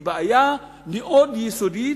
היא בעיה מאוד יסודית,